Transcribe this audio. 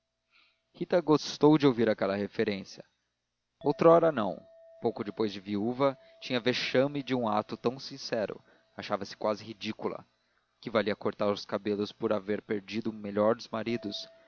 núpcias rita gostou de ouvir aquela referência outrora não pouco depois de viúva tinha vexame de um ato tão sincero achava-se quase ridícula que valia cortar os cabelos por haver perdido o melhor dos maridos